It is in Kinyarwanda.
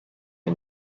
iyo